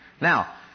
Now